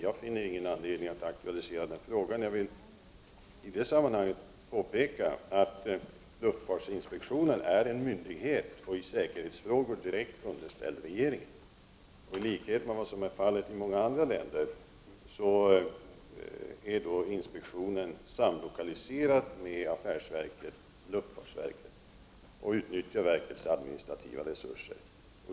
Jag finner ingen anledning att aktualisera den frågan. Jag vill i det sammanhanget påpeka att luftfartsinspektionen är en myndighet och i säkerhetsfrågor direkt underställd regeringen. I likhet med vad som är fallet i många andra länder är inspektionen samlokaliserad med affärsverket, luftfartsverket, och utnyttjar verkets administrativa resurser.